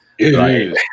Right